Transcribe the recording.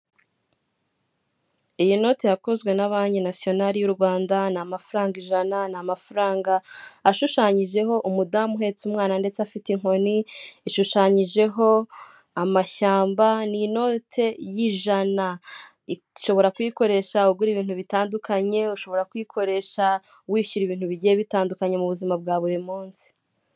Iyi noti yakozwe na banki nasiyinari y'u Rwanda ni amafaranga ijana, ni amafaranga ashushanyijeho umudamu uhetse umwana, ndetse afite inkoni ishushanyijeho amashyamba ni inote y'ijanashobora kuyikoresha ugura ibintu bitandukanye, ushobora kuyikoresha wishyura ibintu bigiye bitandukanye mu buzima bwa buri munsi.